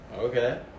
okay